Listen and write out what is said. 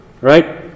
Right